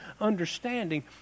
understanding